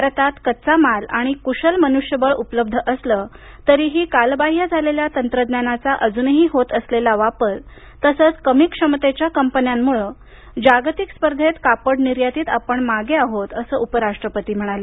भारतात कच्चा माल आणि कुशल मनुष्यबळ उपलब्ध असलं तरीही कालबाह्य झालेल्या तंत्रज्ञानाचा अजूनही होत असलेला वापर तसंच कमी क्षमतेच्या कंपन्यांमुळे जागतिक स्पर्धेत कापड निर्यातीत आपण मागे आहोत असं उपराष्ट्रपती म्हणाले